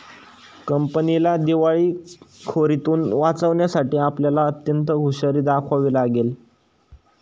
कंपनीला दिवाळखोरीतुन वाचवण्यासाठी आपल्याला अत्यंत हुशारी दाखवावी लागेल